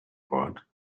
pot